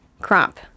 crop